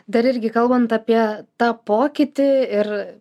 dar irgi kalbant apie tą pokytį ir